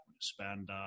spend